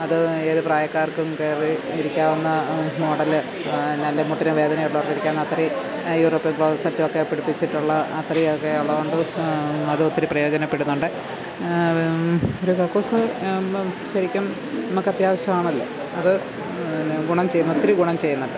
അത് ഏത് പ്രായക്കാർക്കും കയറി ഇരിക്കാവുന്ന മോഡൽ നല്ല മുട്ടിനു വേദനയുള്ളവർക്ക് ഇരിക്കാം അത്രയും യൂറോപ്പ്യൻ ക്ലോസറ്റ് ഒക്കെ പിടിപ്പിച്ചിട്ടുള്ള അത്രയും ഒക്കെ ഉള്ളതുകൊണ്ട് അത് ഒത്തിരി പ്രയോജനപ്പെടുന്നുണ്ട് ഒരു കക്കൂസ് ആവുമ്പം ശരിക്കും നമുക്ക് അത്യാവശ്യം ആണല്ലോ അത് പിന്നെ ഗുണം ചെയ്യുന്ന ഒത്തിരി ഗുണം ചെയ്യുന്നുണ്ട്